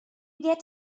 get